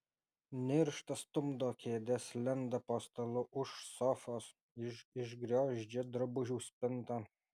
niršta stumdo kėdes lenda po stalu už sofos išgriozdžia drabužių spintą